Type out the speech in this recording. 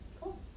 Cool